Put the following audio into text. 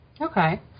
Okay